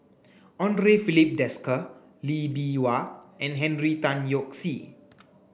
Andre Filipe Desker Lee Bee Wah and Henry Tan Yoke See